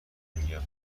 میگم